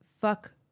fuck